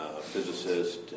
physicist